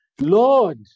Lord